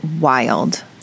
wild